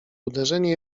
uderzenie